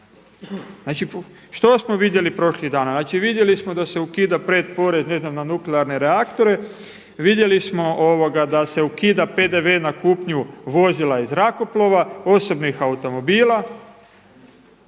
što smo vidjeli prošlih dana? Znači vidjeli smo da se ukida pred porez ne znam na nuklearne reaktore, vidjeli smo da se ukida PDV na kupnju vozila i zrakoplova, osobnih automobila